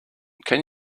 can